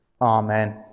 Amen